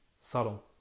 subtle